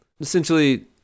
Essentially